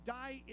die